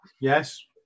Yes